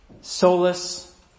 Solus